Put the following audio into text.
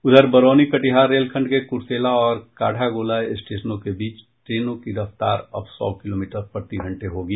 उधर बरौनी कटिहार रेलखंड के कुरसेला और काढ़ा गोला रोड स्टेशनों के बीच ट्रेनों की रफ्तार अब सौ किलोमीटर प्रतिघंटे होगी